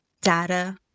Data